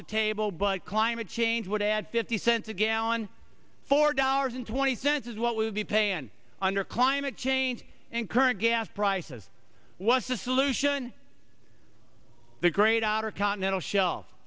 the table but climate change would add fifty cents a gallon four dollars and twenty cents is what we would be paying under climate change and current gas prices was the solution the great outer continental shelf